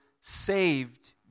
saved